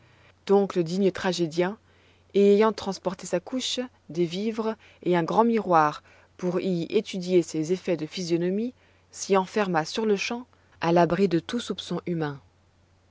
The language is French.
donc le digne tragédien y ayant transporté sa couche des vivres et un grand miroir pour y étudier ses effets de physionomie s'y enferma sur-le-champ à l'abri de tout soupçon humain